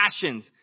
passions